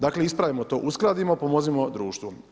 Dakle, ispravimo to, uskladimo, pomognimo društvu.